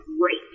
great